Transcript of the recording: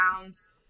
rounds